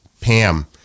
Pam